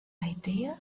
idea